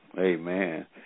Amen